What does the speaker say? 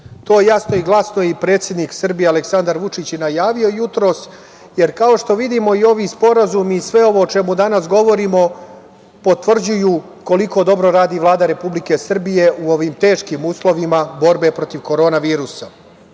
je jasno i glasno i predsednik Vučić najavio jutros. Kao što vidimo, ovi sporazumi i sve ovo o čemu danas govorimo potvrđuju koliko dobro radi Vlada Republike Srbije u ovim teškim uslovima borbe protiv korona virusa.